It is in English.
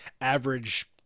average